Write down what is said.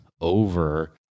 over